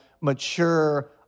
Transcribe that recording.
mature